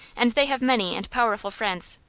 and they have many and powerful friends,